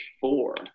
four